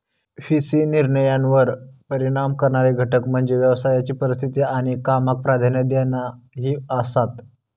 V C निर्णयांवर परिणाम करणारे घटक म्हणजे व्यवसायाची परिस्थिती आणि कामाक प्राधान्य देणा ही आसात